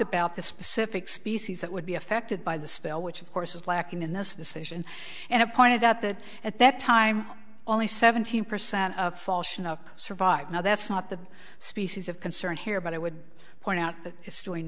about the specific species that would be affected by the spill which of course is lacking in this decision and it pointed out that at that time only seventeen percent of survive now that's not the species of concern here but i would point out that it's doing